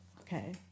Okay